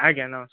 ଆଜ୍ଞା ନମସ୍କାର